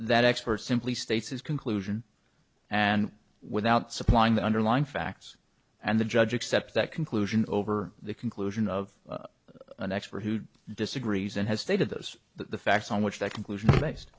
that expert simply states his conclusion and without supplying the underlying facts and the judge accept that conclusion over the conclusion of an expert who disagrees and has stated those the facts on which that conclusion